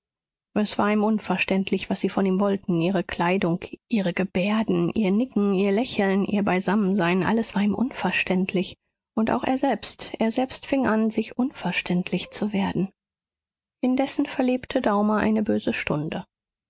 es war ihm unverständlich was sie von ihm wollten ihre kleidung ihre gebärden ihr nicken ihr lächeln ihr beisammensein alles war ihm unverständlich und auch er selbst er selbst fing an sich unverständlich zu werden indessen verlebte daumer eine böse stunde